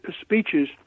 speeches